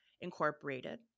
incorporated